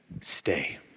stay